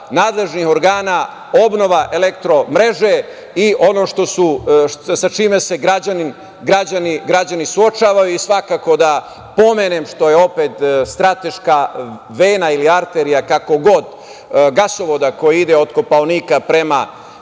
nadležnih organa - obnova elektro mreže i ono sa čime se građani suočavaju. Svakako da pomenem, što je opet strateška vena, ili arterija, kako god, gasovoda koji ide od Kopaonika preko